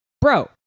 bro